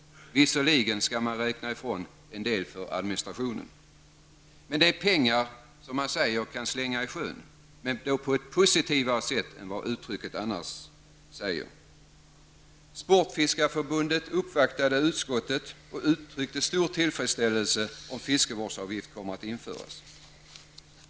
Av detta belopp går dock en viss del till administration. Det är pengar som man så att säga kan slänga i sjön, men på ett positivare sätt än vad uttrycket vanligen står för. Sportfiskarförbundet har uppvaktat utskottet och kommer att uttrycka stor tillfredsställelse om en fiskevårdsavgift införs.